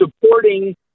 supporting